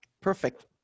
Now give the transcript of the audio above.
perfect